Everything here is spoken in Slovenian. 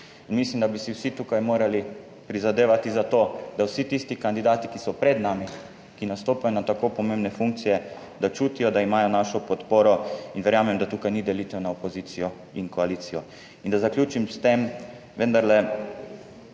Mislim, da bi si vsi tukaj morali prizadevati za to, da vsi tisti kandidati, ki so pred nami, ki nastopajo na tako pomembne funkcije, da čutijo, da imajo našo podporo in verjamem, da tukaj ni delitev na opozicijo in koalicijo. In da zaključim s tem. Vendarle